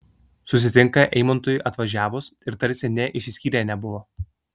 susitinka eimuntui atvažiavus ir tarsi nė išsiskyrę nebuvo